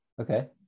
Okay